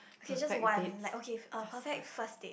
okay just one like okay uh perfect first date